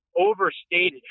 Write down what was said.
overstated